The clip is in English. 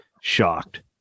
shocked